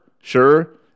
sure